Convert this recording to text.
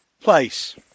Place